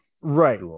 Right